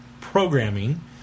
programming